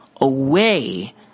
away